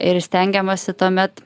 ir stengiamasi tuomet